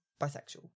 bisexual